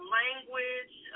language